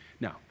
Now